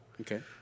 Okay